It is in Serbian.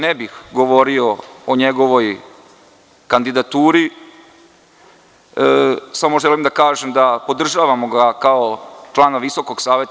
Ne bih govorio o njegovoj kandidaturi, samo želim da kažem da ga podržavamo kao člana VSS.